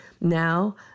Now